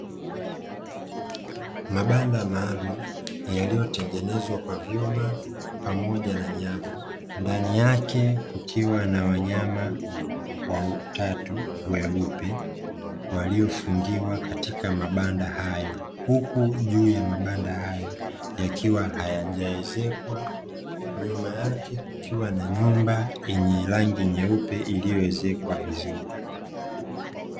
Mabanda maalumu yaliyotengenezwa kwa vyuma pamoja na nyavu, ndani yake kukiwa na wanyama watatu weupe waliofungiwa katika mabanda hayo, huku juu ya mabanda hayo yakiwa hayajaezekwa. nyuma yake kukiwa na nyumba yenye rangi nyeupe iliyoezekwa vizuri.